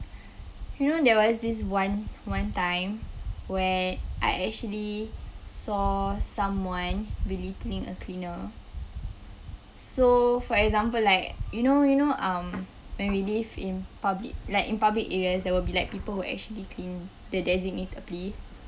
you know there was this one one time where I actually saw someone belittling a cleaner so for example like you know you know um when we live in public like in public areas there will be like people who actually clean the designated place